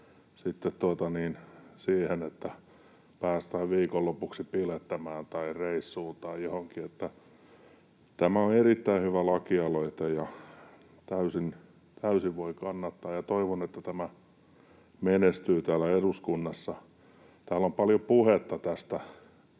sitten siihen, että päästään viikonlopuksi bilettämään tai reissuun tai johonkin. Tämä on erittäin hyvä lakialoite, ja voin sitä täysin kannattaa. Toivon, että tämä menestyy täällä eduskunnassa. Täällä on paljon puhetta siitä,